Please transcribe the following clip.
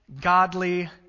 godly